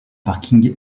parking